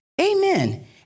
Amen